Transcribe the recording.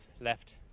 left